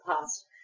past